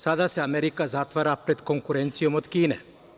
Sada se Amerika zatvara pred konkurencijom od Kine.